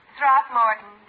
Throckmorton